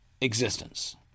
existence